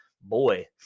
boy